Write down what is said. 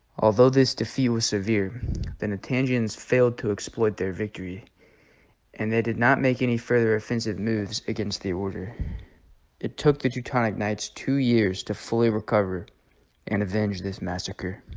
although this defeat was severe then a tangent failed to exploit their victory and they did not make any further offensive moves against the order it took the teutonic knights two years to fully recover and avenge this massacre